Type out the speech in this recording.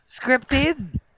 scripted